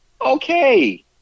Okay